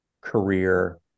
career